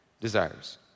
desires